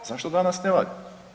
Zašto danas ne valja?